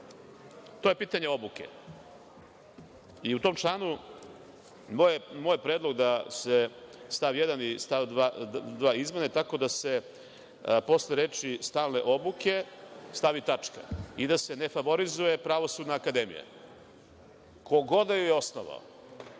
24.To je pitanje obuke i u tom članu moj predlog je da se stav 1. i stav 2. izmene tako da se posle reči: „stalne obuke“ stavi tačka i da se ne favorizuje Pravosudna akademija. Ko god da je osnovao,